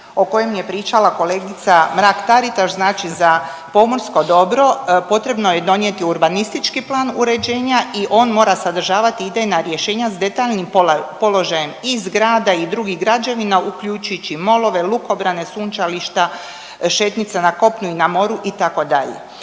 o kojem je pričala kolegica Mrak Taritaš, znači za pomorsko dobro potrebno je donijeti urbanistički plan uređenja i on mora sadržavati idejna rješenja s detaljnim položajem i zgrada i drugih građevina uključujući molove, lukobrane, sunčališta, šetnjica na kopnu i na moru itd..